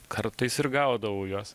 kartais ir gaudavau juos